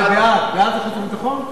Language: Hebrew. בעד זה חוץ וביטחון?